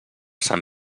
sant